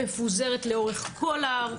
מפוזרת לאורך כל ההר.